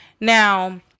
Now